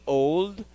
old